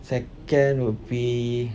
second would be